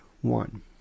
one